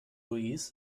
louis